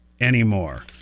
anymore